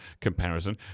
comparison